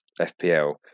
fpl